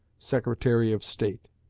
secretary of state.